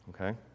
okay